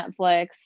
Netflix